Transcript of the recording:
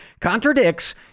contradicts